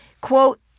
Quote